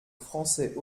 français